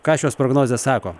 ką šios prognozės sako